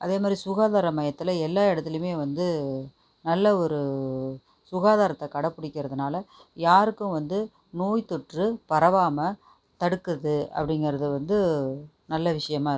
அதேமாதிரி சுகாதார மையத்தில் எல்லா இடத்துலேயுமே வந்து நல்ல ஒரு சுகாதாரத்தை கடைபிடிக்கிறதுனால யாருக்கும் வந்து நோய்த்தொற்று பரவாமல் தடுக்குது அப்படிங்கிறது வந்து நல்ல விஷயமா இருக்குது